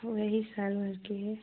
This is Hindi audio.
वही साल भर की है